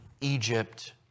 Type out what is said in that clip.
Egypt